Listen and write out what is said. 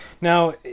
Now